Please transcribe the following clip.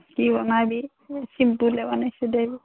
কি বনাবি চিম্পুলেই বনাইছোঁ দে